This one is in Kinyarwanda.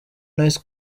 nice